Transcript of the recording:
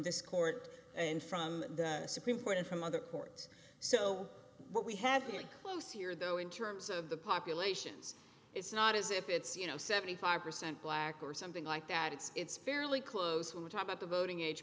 this court and from the supreme court and from other courts so what we have here close here though in terms of the populations it's not as if it's you know seventy five percent black or something like that it's it's fairly close when we talk about the voting age